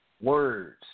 words